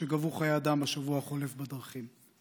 שגבו חיי אדם בשבוע החולף בדרכים.